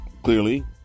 Clearly